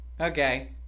Okay